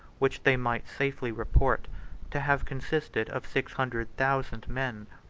which they might safely report to have consisted of six hundred thousand men.